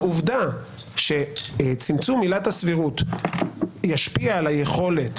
העובדה שצמצום עילת הסבירות ישפיע על היכולת